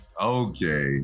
okay